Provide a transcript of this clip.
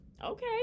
Okay